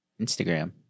Instagram